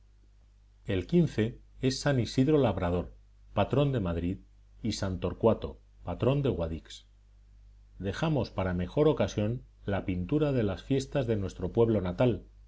el es san isidro labrador patrón de madrid y san torcuato patrón de guadix dejamos para mejor ocasión la pintura de las fiestas de nuestro pueblo natal